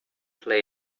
play